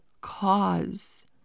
cause